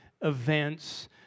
events